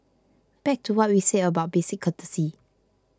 back to what we said about basic courtesy